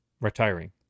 retiring